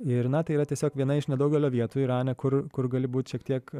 ir na tai yra tiesiog viena iš nedaugelio vietų irane kur kur gali būt šiek tiek